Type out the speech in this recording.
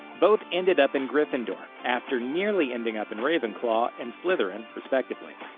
both ended up in gryffindor, after nearly ending up in ravenclaw and slytherin, respectively.